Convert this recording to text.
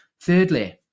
Thirdly